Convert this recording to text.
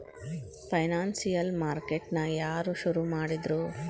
Financial market ನ ಯಾರ್ ಶುರುಮಾಡಿದ್ರು?